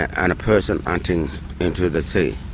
and a person hunting into the sea,